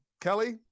Kelly